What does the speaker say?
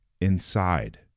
inside